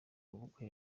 maboko